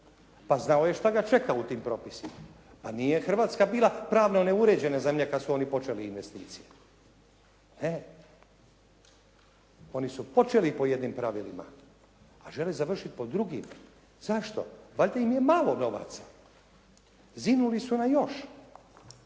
Pa znao je što ga čeka u tim propisima. Pa nije Hrvatska bila pravno neuređena zemlja kad su oni počeli investicije. Ne, oni su počeli po jednim pravilima, a žele završiti pod drugim. Zašto? Valjda im je malo novaca. Zinuli su na još,